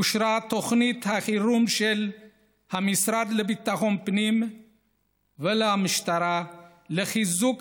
אושרה תוכנית החירום של המשרד לביטחון פנים ולמשטרה לחיזוק